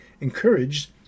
encouraged